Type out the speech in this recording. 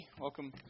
Welcome